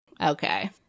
okay